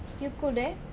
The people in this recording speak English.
you could ah.